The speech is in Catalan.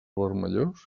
vermellós